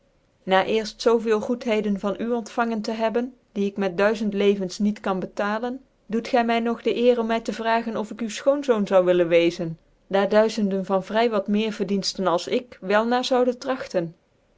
na cerft zoo veel goedheden van u omfangen tc hebben die ik met duyzcnd levens niet kan betalen doet gy my nog de eer om my te vragen of ik u schoonzoon zou willen weezen daar duizenden van vry wat meer verdicnftcnals ik wel na zouden tragten